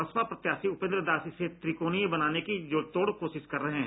बसपा प्रत्यासी उपेन्द्र दास इसे त्रिकोणीय बनाने का जी तोड़ कोशिश कर रहे है